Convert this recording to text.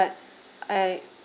but I